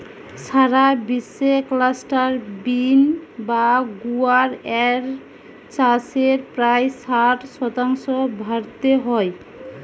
সারা বিশ্বে cluster bean বা গুয়ার এর চাষের প্রায় ষাট শতাংশ ভারতে হয়